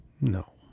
no